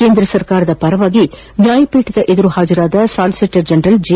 ಕೇಂದ್ರ ಸರ್ಕಾರದ ಪರವಾಗಿ ನ್ಯಾಯಪೀಠದ ಮುಂದೆ ಹಾಜರಾದ ಸಾಲಿಸಿಟರ್ ಜಿನರಲ್ ಜಿ